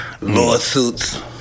lawsuits